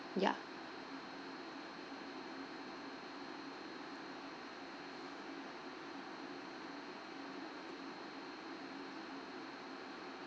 ya